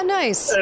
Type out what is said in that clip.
nice